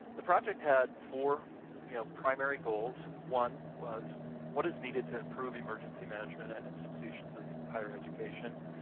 the project had four you know primary goals. one was what is needed to improve emergency management at institutions of higher education?